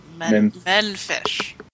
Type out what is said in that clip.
Menfish